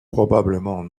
probablement